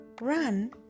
Run